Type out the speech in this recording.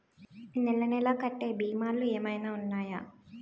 నెల నెల కట్టే భీమాలు ఏమైనా ఉన్నాయా?